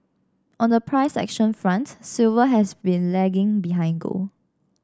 on the price action front silver has been lagging behind gold